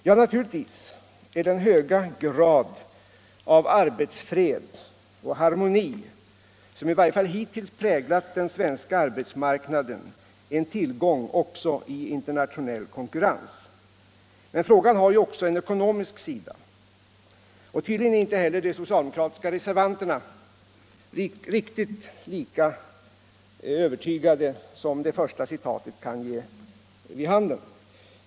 Ja, naturligtvis är den höga grad av arbetsfred och harmoni som i varje fall hittills präglat den svenska arbetsmarknaden en tillgång också i internationell konkurrens, men frågan har ju även en ekonomisk sida. Tydligen är inte heller de socialdemokratiska reservanterna riktigt lika övertygade som det anförda citatet kan ge vid handen.